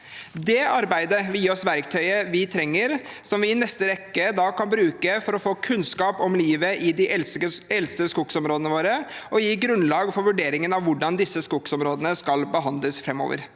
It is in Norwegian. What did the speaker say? trenger, som vi i neste rekke kan bruke for å få kunnskap om livet i de eldste skogsområdene våre og gi grunnlag for vurderingen av hvordan disse skogsområdene skal behandles framover.